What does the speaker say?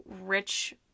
rich